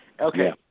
Okay